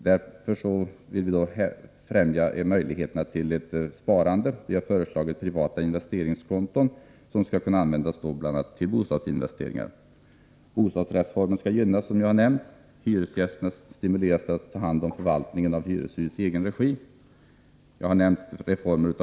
Därför vill vi främja möjligheterna till ett sparande. Vi har föreslagit privata investeringskonton, som skulle kunna användas till bl.a. bostadsinvesteringar. Bostadsrättsformen skall gynnas, som jag har nämnt. Hyresgästerna skall stimuleras till att ta hand om förvaltningen av hyreshus i egen regi.